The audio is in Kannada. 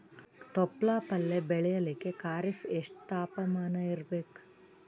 ತೊಪ್ಲ ಪಲ್ಯ ಬೆಳೆಯಲಿಕ ಖರೀಫ್ ಎಷ್ಟ ತಾಪಮಾನ ಇರಬೇಕು?